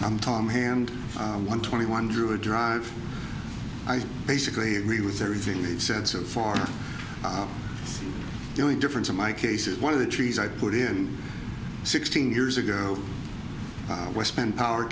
i'm tom hand one twenty one drew a drive i basically agree with everything he said so far the only difference in my case is one of the trees i put in sixteen years ago was spent power